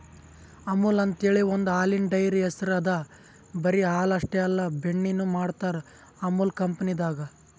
ಅಮುಲ್ ಅಂಥೇಳಿ ಒಂದ್ ಹಾಲಿನ್ ಡೈರಿ ಹೆಸ್ರ್ ಅದಾ ಬರಿ ಹಾಲ್ ಅಷ್ಟೇ ಅಲ್ಲ ಬೆಣ್ಣಿನು ಮಾಡ್ತರ್ ಅಮುಲ್ ಕಂಪನಿದಾಗ್